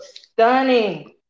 stunning